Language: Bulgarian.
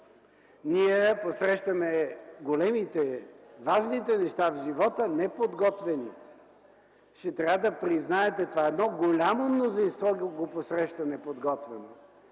Ние посрещаме големите, важните неща в живота неподготвени. Ще трябва да признаете това. Едно голямо мнозинство го посреща неподготвено.